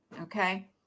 okay